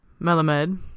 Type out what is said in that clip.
Melamed